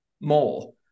more